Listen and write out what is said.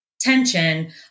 tension